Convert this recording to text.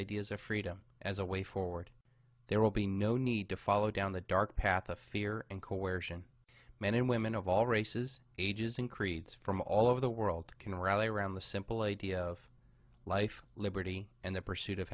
ideas of freedom as a way forward there will be no need to follow down the dark path of fear and coercion men and women of all races ages and creates from all over the world can rally around the simple idea of life liberty and the pursuit of